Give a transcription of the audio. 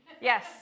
Yes